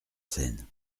scène